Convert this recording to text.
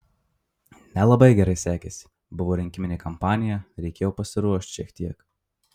nelabai gerai sekėsi buvo rinkiminė kampanija reikėjo pasiruošt šiek tiek